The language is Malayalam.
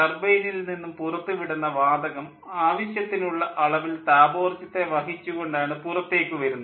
ടർബൈനിൽ നിന്നും പുറത്തു വിടുന്ന വാതകം ആവശ്യത്തിനുള്ള അളവിൽ താപോർജ്ജത്ത വഹിച്ചു കൊണ്ടാണ് പുറത്തേക്ക് വരുന്നത്